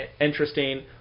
interesting